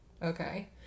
Okay